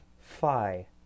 Phi